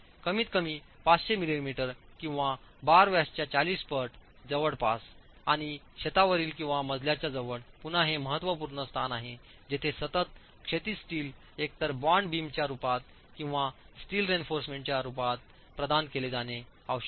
कमीतकमी 500 मिलिमीटर किंवा बार व्यासाच्या 40 पट जवळपास आणि छतावरील किंवा मजल्याच्या जवळ पुन्हा हे महत्त्वपूर्ण स्थान आहे जिथे सतत क्षैतिज स्टील एकतर बॉन्ड बीमच्या रूपात किंवा स्टील रीइन्फोर्समेंटच्या रूपात प्रदान केले जाणे आवश्यक आहे